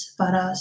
para